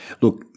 Look